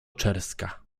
czerska